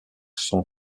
sans